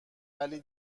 ولی